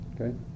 Okay